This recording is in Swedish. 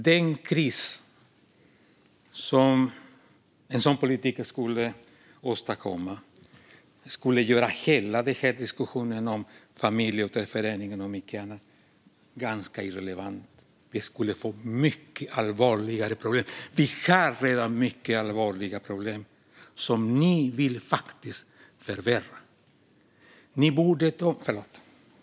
Den kris som en sådan politik skulle åstadkomma skulle göra hela diskussionen om familjeåterförening och mycket annat ganska irrelevant. Vi skulle få mycket allvarligare problem. Vi har redan mycket allvarliga problem, som ni faktiskt vill förvärra. Fru talman!